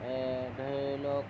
ধৰিলওক